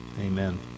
amen